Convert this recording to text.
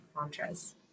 mantras